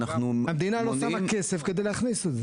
המדינה לא שמה כסף כדי להכניס את זה.